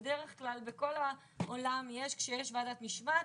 בדרך כלל בכל העולם כשיש ועדת משמעת,